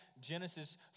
Genesis